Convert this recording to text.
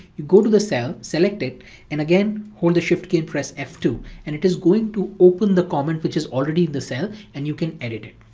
you go to the cell, select it and again, hold the shift key and press f two and it is going to open the comment which is already in the cell and you can edit it.